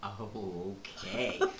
Okay